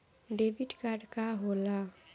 Debit card का होला?